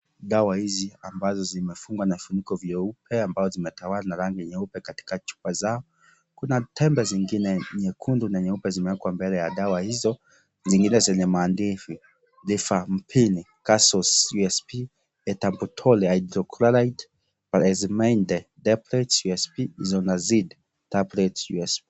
Dawa hizi ambazo zimefungwa na vifuniko vyeupe ambao zimetawala na rangi nyeupe katika chupa zao kuna tembe zingine nyekundu na nyeupe zimeekwa mbele ya dawa hizo zingine zenye maandishi Rifampin capsules usp, Ethambutol hydrochrolide , pyrazinamide tablets usp isoniazid tablets usp .